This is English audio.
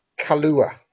Kalua